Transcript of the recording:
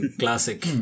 classic